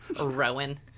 Rowan